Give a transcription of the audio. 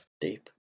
deep